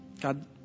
God